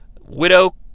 Widow